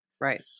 right